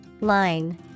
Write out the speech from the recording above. Line